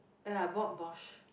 ah I Bosch